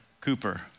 Cooper